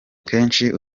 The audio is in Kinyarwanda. kenshi